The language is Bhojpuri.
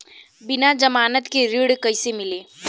बिना जमानत के ऋण कईसे मिली?